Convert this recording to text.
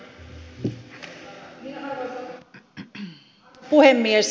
arvoisa puhemies